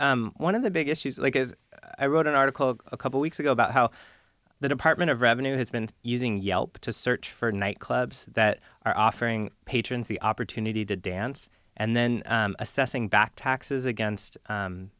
one of the big issues like is i wrote an article a couple weeks ago about how the department of revenue has been using yelp to search for night clubs that are offering patrons the opportunity to dance and then assessing back taxes against